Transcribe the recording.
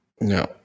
No